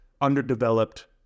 underdeveloped